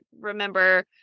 remember